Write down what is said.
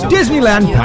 Disneyland